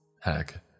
Heck